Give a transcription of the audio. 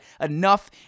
enough